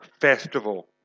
festival